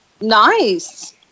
Nice